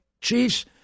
Chiefs